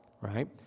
right